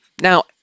now